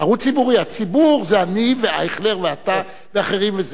ערוץ ציבורי, הציבור זה אני ואייכלר ואתה ואחרים.